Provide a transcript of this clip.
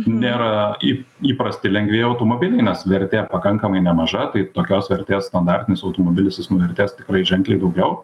nėra į įprasti lengvieji automobiliai nes vertė pakankamai nemaža tai tokios vertės standartinis automobilis jis nuvertės tikrai ženkliai daugiau